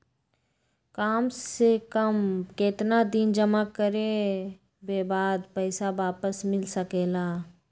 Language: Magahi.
काम से कम केतना दिन जमा करें बे बाद पैसा वापस मिल सकेला?